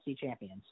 champions